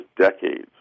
decades